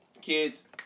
Kids